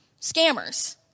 Scammers